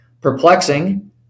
perplexing